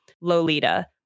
Lolita